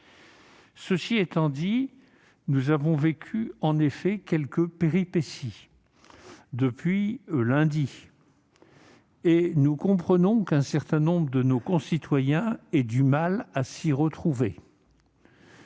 Cela dit, nous avons vécu quelques péripéties depuis lundi dernier et nous comprenons qu'un certain nombre de nos concitoyens aient du mal à s'y retrouver.